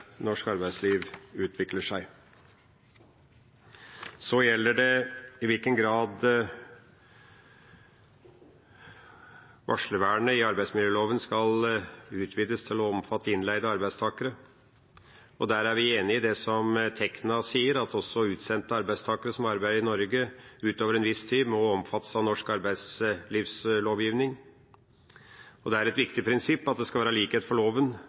norsk arbeidsliv utvikler seg. Så gjelder det i hvilken grad varslervernet i arbeidsmiljøloven skal utvides til å omfatte innleide arbeidstakere. Der er vi enig i det som Tekna sier, at også utsendte arbeidstakere som arbeider i Norge ut over en viss tid, må omfattes av norsk arbeidslivslovgivning. Det er et viktig prinsipp at det skal være likhet for loven,